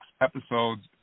episodes